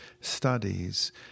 studies